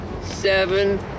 Seven